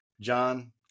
John